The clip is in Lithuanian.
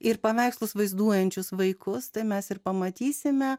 ir paveikslus vaizduojančius vaikus tai mes ir pamatysime